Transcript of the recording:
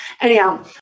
Anyhow